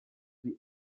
sie